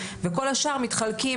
וכל השאר מתחלקים,